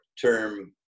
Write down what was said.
term